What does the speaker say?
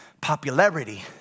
popularity